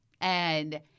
And-